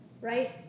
right